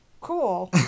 cool